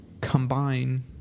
combine